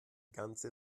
ganze